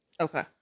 okay